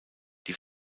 die